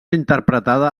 interpretada